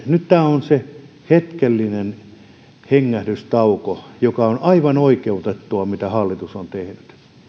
nyt on hetkellinen hengähdystauko ja se on aivan oikeutettua mitä hallitus on tehnyt